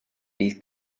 bydd